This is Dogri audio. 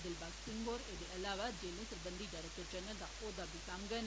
दिलबाग सिंह होरें एह्दे अलावा जेलें सरबंधी डरैक्टर जनरल दा औह्द्वा बी सांभडन